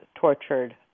tortured